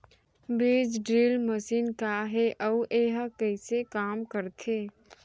बीज drill machine का हे अऊ एहा कइसे काम करथे?